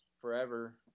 forever